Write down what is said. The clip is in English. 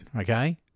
okay